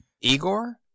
Igor